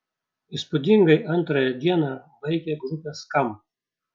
įspūdingai antrąją dieną baigė grupė skamp